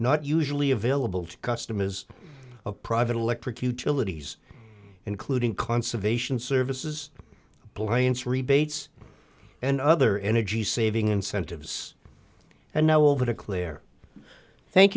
not usually available to custom is a private electric utilities including conservation services plants rebates and other energy saving incentives and now over to clare thank